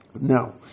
Now